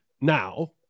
now